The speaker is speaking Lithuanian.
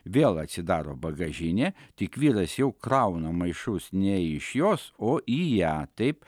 vėl atsidaro bagažinė tik vyras jau krauna maišus ne iš jos o į ją taip